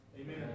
Amen